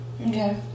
Okay